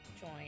join